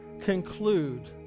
conclude